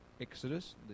Exodus